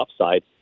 upside